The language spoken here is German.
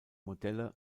modelle